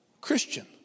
Christian